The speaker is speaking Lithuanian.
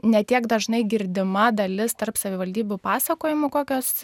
ne tiek dažnai girdima dalis tarp savivaldybių pasakojimų kokios